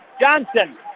Johnson